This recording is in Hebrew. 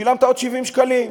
שילמת עוד 70 שקלים.